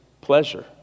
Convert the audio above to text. pleasure